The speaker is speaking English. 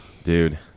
Dude